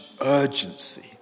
urgency